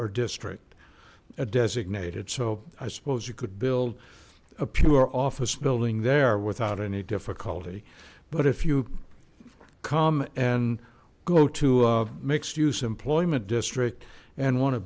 or district designated so i suppose you could build a pure office building there without any difficulty but if you come and go to mixed use employment district and want to